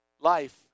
life